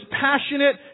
passionate